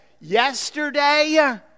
yesterday